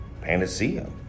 panacea